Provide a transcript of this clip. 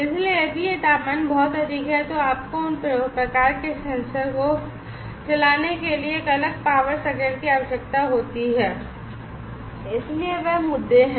इसलिए यदि यह तापमान बहुत अधिक है तो आपको उन प्रकार के सेंसर को चलाने के लिए एक अलग पावर सर्किट की आवश्यकता होती है इसलिए वे मुद्दे हैं